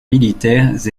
militaires